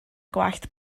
gwallt